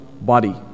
body